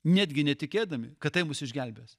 netgi netikėdami kad tai mus išgelbės